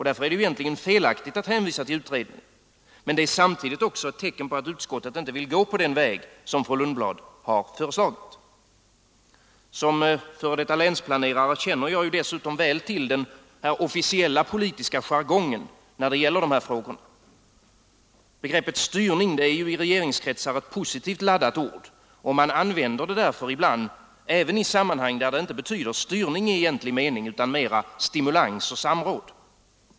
Därför är det egentligen felaktigt att hänvisa till utredningen, men det är samtidigt ett tecken på att utskottet inte vill gå den väg som fru Lundblad har föreslagit. Som f. d. länsplanerare känner jag dessutom väl till den officiella politiska jargongen när det gäller dessa frågor. Begreppet styrning är ju i regeringskretsar ett positivt laddat ord, och man använder det därför ibland även i sammanhang där det inte betyder styrning i egentlig mening utan mera stimulans och samråd.